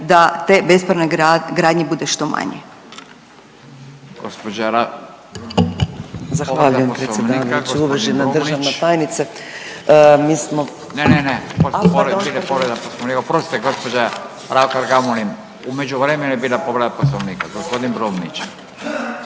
da te bespravne gradnje bude što manje.